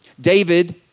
David